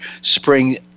spring